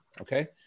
okay